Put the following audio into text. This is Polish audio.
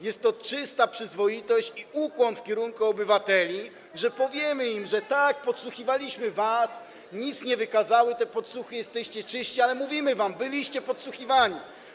Jest to czysta przyzwoitość i ukłon w kierunku obywateli, że powiemy im, że tak, podsłuchiwaliśmy was, te podsłuchy niczego nie wykazały, jesteście czyści, ale mówimy wam: byliście podsłuchiwani.